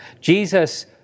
Jesus